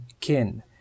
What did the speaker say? Kin